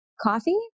coffee